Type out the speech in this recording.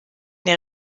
der